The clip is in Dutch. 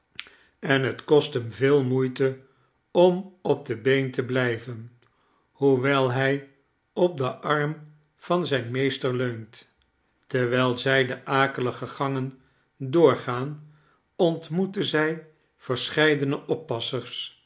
en het kost hem veel moeite om op de been te blijven hoewel hij op den arm van zijn meester leunt terwijl zij de akelige gangen doorgaan ontmoeten zij verscheidene oppassers